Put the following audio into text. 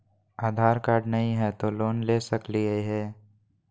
आधार card नही हय, तो लोन ले सकलिये है?